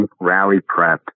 rally-prepped